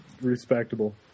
Respectable